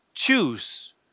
Choose